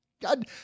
god